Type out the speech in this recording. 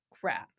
crap